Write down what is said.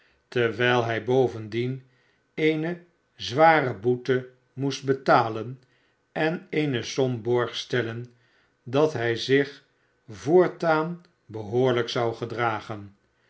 terwiji hij bovendien eene zware boete moest betalen en eene som borg stellen dat hij zich voortaan behoorlijk zou gedxagen